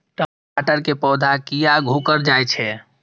टमाटर के पौधा किया घुकर जायछे?